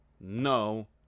no